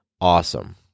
awesome